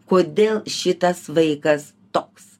kodėl šitas vaikas toks